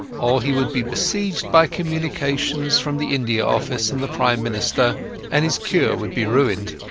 or he would be besieged by communications from the india office and the prime minister and his cure would be ruined.